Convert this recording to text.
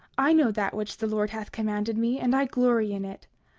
i know that which the lord hath commanded me, and i glory in it.